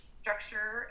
structure